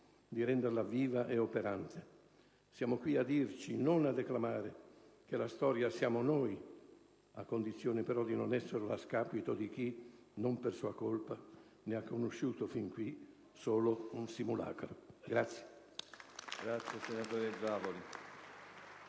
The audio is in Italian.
di renderla viva e operante. Siamo qui a dirci, non a declamare, che la Storia siamo noi a condizione di non esserlo a scapito di chi, non per sua colpa, ne ha conosciuto fin qui solo un simulacro. *(Vivi